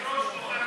התשע"ו 2016, נתקבל.